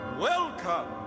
Welcome